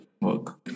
work